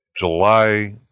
July